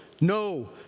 no